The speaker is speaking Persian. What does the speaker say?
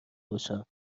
باشم